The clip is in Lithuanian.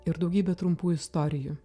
ir daugybė trumpų istorijų